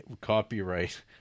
Copyright